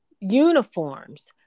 uniforms